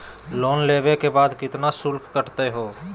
Loan लेवे के बाद केतना शुल्क कटतही हो?